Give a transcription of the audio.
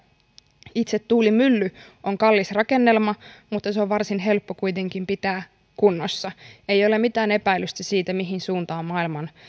tapa tuottaa sähköä itse tuulimylly on kallis rakennelma mutta se on kuitenkin varsin helppo pitää kunnossa ei ole mitään epäilystä siitä mihin suuntaan maailman